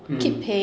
mm